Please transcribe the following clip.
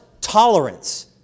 tolerance